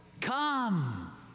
Come